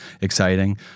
exciting